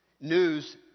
News